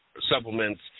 supplements